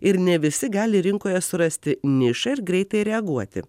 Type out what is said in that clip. ir ne visi gali rinkoje surasti nišą ir greitai reaguoti